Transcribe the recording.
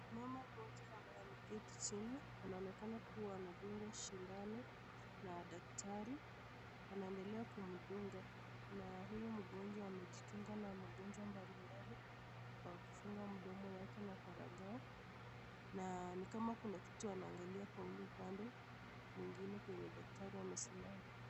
Mama mmoja ambaye ameketi chini, anaonekana kuwa anadungwa sindano na daktari, anaedelea kumdunga na huyu mgonjwa anajikinga na magonjwa mbalimbali, kwa kufunga mdomo yake kwa barakoa, na ni kama kuna kitu anaangalia kwa huyo upande mwingine kwenye daktari amesimama.